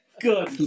Good